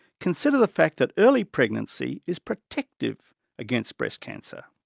consider the fact that early pregnancy is protective against breast cancer.